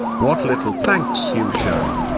what little thanks you show!